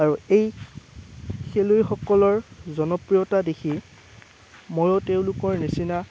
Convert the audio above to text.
আৰু এই খেলুৱৈসকলৰ জনপ্ৰিয়তা দেখি মইয়ো তেওঁলোকৰ নিচিনা